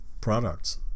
products